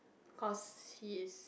cause he's